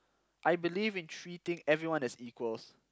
I believe in treating everyone as equals